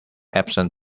absent